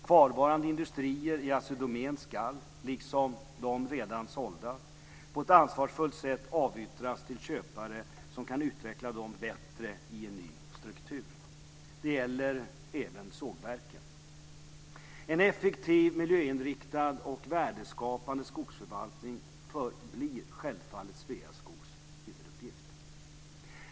Kvarvarande industrier i Assi Domän ska liksom de redan sålda på ett ansvarsfullt sätt avyttras till köpare som kan utveckla dem bättre i en ny struktur. Det gäller även sågverken. En effektiv, miljöinriktad och värdeskapande skogsförvaltning förblir självfallet Sveaskogs huvuduppgift.